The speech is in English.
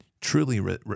truly